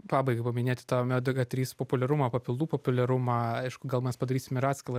pabaigai paminėti tą omega trys populiarumą papildų populiarumą aišku gal mes padarysim ir atskilą